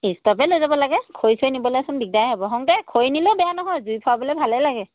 ষ্টভেই লৈ যাব লাগে খৰি চৰি নিবলৈচোন দিগদাৰে হ'ব হওতে খৰি নিলেও বেয়া নহয় জুই ফুৱাবলৈ ভালেই লাগে